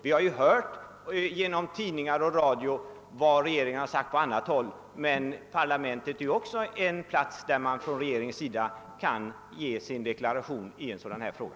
Vi har genom tidningar och radio fått veta vad regeringen har sagt på annat håll, men parlamentet är också en plats där regeringen kan göra en deklaration i en sådan här fråga.